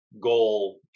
goal